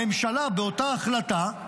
הממשלה באותה החלטה,